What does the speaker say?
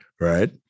right